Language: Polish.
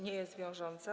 Nie jest wiążąca.